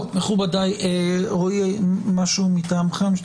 מכובדי, רועי, משהו מטעמכם?